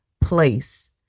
place